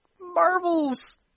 Marvel's